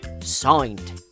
signed